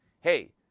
Hey